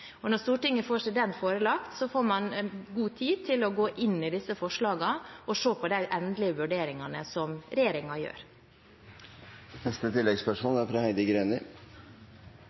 Og når Stortinget får seg den forelagt, får man god tid til å gå inn i disse forslagene og se på de endelige vurderingene som